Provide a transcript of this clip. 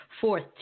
Fourth